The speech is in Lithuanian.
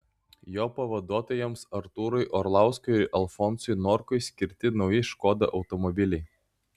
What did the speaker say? jo pavaduotojams artūrui orlauskui ir alfonsui norkui skirti nauji škoda automobiliai